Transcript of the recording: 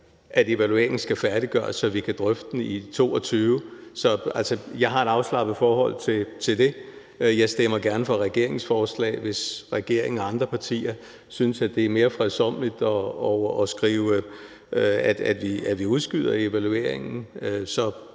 at evalueringen skal færdiggøres, så vi kan drøfte den i 2022. Så jeg har et afslappet forhold til det. Jeg stemmer gerne for regeringens forslag, hvis regeringen og andre partier synes, det er mere fredsommeligt at skrive, at vi udskyder evalueringen